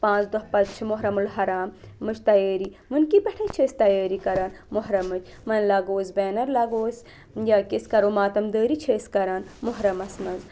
پانٛژھ دۄہ پَتہٕ چھِ محرم الحرامٕچ تیٲری وُنۍ کہِ پٮ۪ٹھَے چھِ أسۍ تیٲری کَران محرَمٕچ وۄنۍ لاگَو أسۍ بٮ۪نَر لاگو أسۍ یا کہ أسۍ کَرو ماتَم دٲری چھِ أسۍ کَران مُحرَمَس منٛز